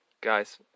Guys